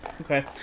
Okay